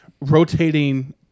rotating